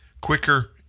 quicker